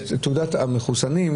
תעודת המחוסנים,